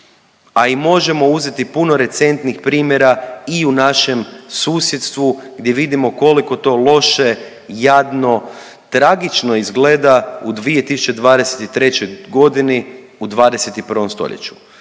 a i možemo uzeti puno recentnih primjera i u našem susjedstvu gdje vidimo koliko to loše, jadno, tragično izgleda u 2023. g. u 21. st.